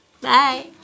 bye